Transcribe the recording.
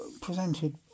presented